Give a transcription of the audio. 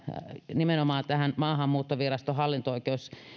nimenomaan tähän maahanmuuttoviraston hallinto oikeuden